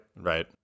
Right